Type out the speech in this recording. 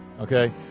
Okay